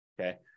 okay